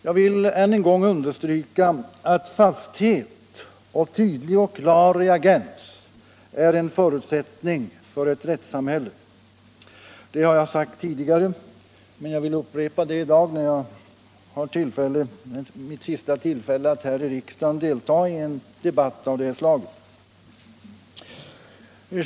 Jag vill understryka att fasthet och tydlig och klar reaktion är en förutsättning för ett rättssamhälle. Det har jag sagt tidigare, men jag vill upprepa det i dag när jag har mitt sista tillfälle att här i riksdagen delta i en debatt av detta slag.